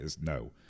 No